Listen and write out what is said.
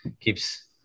keeps